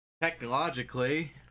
Technologically